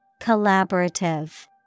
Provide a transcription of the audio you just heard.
Collaborative